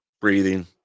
breathing